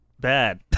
bad